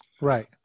Right